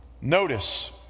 Notice